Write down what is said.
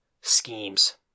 Schemes